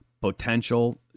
potential